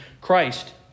Christ